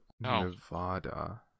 Nevada